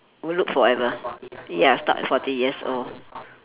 would look forever ya start forty years old